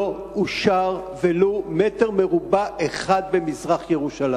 לא אושר ולו מטר רבוע אחד במזרח-ירושלים.